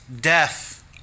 death